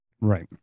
right